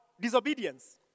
disobedience